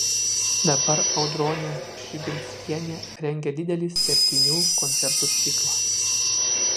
dabar audronė pšibilskienė rengia didelį septynių koncertų ciklą